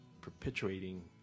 perpetuating